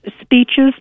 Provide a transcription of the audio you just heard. speeches